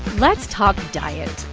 let's talk diet.